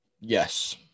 Yes